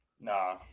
nah